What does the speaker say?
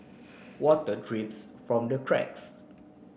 water drips from the cracks